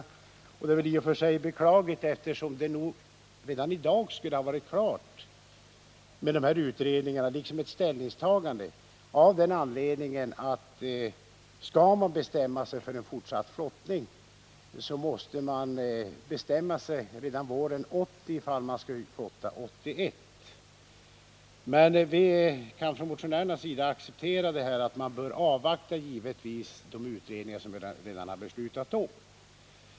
Förseningen är i och för sig beklaglig, eftersom allt skulle ha varit klart redan i dag. Ställningstagandet skulle alltså ha varit klart, ty skall man bestämma sig för en fortsättning av flottningen måste man bestämma sig redan våren 1980, ifall det skall kunna bli någon flottning 1981. Motionärerna kan emellertid acceptera att man bör avvakta resultaten av de utredningar som redan har beslutats.